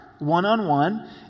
one-on-one